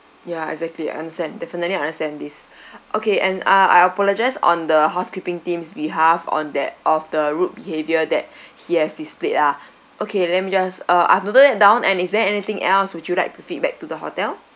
ya exactly understand definitely understand this okay and uh I apologise on the housekeeping team's behalf on that of the rude behaviour that he has displayed ah okay let me just uh I've noted that down and is there anything else would you like to feedback to the hotel